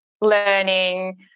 learning